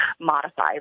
modify